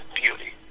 beauty